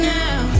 now